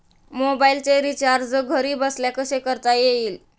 मोबाइलचे रिचार्ज घरबसल्या कसे करता येईल?